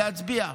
להצביע.